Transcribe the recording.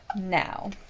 now